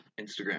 Instagram